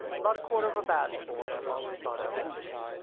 about a quarter of a bad sport i've always thought out hunting.